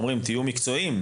אנחנו אומרים תהיו מקצועיים,